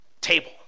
table